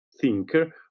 thinker